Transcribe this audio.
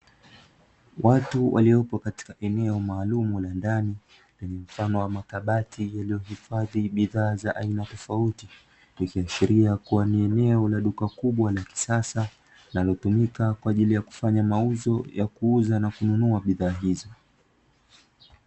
Watu waliopo katika eneo maalumu la ndani, lenye mfano wa makabati yaliyohifadhi bidhaa za aina tofauti, ikiashiria kuwa ni eneo la duka kubwa la kisasa linalotumika kwa ajili ya kufanya mauzo ya kuuza na kununua bidhaa hizo.